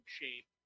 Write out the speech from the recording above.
shape